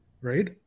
right